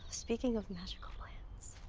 speaking of magical plants.